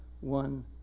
one